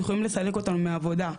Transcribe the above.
יכולים לסלק אותנו מהעבודה,